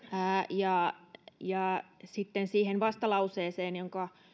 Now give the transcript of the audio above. ja sitten siihen vastalauseeseen jonka